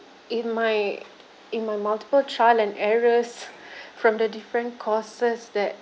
in my in my multiple trial and errors from the different courses that